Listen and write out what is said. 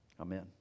Amen